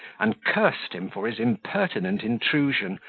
and cursed him for his impertinent intrusion,